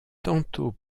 tantôt